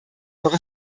doch